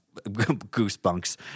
Goosebumps